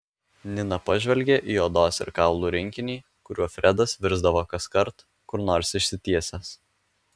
nina pažvelgė į odos ir kaulų rinkinį kuriuo fredas virsdavo kaskart kur nors išsitiesęs